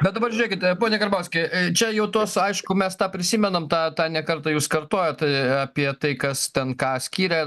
bet dabar žiūrėkit pone karbauski čia jau tos aišku mes tą prisimenam tą tą ne kartą jūs kartojot apie tai kas ten ką skyrė